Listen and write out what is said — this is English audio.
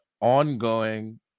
ongoing